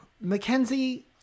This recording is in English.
Mackenzie